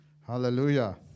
Hallelujah